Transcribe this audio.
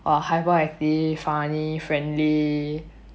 or hyper active funny friendly